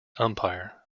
umpire